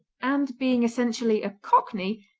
and being essentially a cockney,